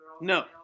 no